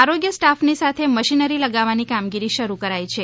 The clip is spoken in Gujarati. આરોગ્ય સ્ટાફની સાથે મશીનરી લગાવવાની કામગીરી શરૂ કરાઈ છે